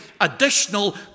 additional